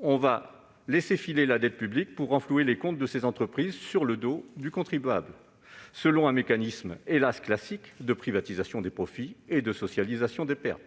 On laisse filer la dette publique pour renflouer les comptes de ces entreprises sur le dos du contribuable, selon un mécanisme- hélas classique -de privatisation des profits et de socialisation des pertes.